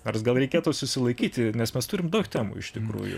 nors gal reikėtų susilaikyti nes mes turim daug temų iš tikrųjų